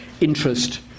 interest